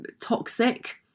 toxic